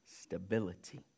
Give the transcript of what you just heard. stability